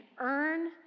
earn